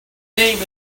name